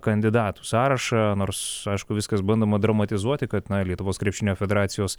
kandidatų sąrašą nors aišku viskas bandoma dramatizuoti kad lietuvos krepšinio federacijos